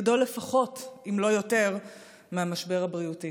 גדול לפחות כמן המשבר הבריאותי,